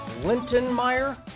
Lintonmeyer